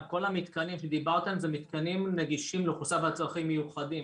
כל המתקנים שדיברתם זה מתקנים נגישים לאוכלוסייה בעלת צרכים מיוחדים.